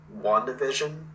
WandaVision